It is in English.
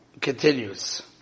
continues